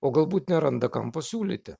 o galbūt neranda kam pasiūlyti